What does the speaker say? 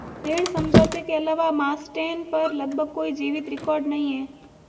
ऋण समझौते के अलावा मास्टेन पर लगभग कोई जीवित रिकॉर्ड नहीं है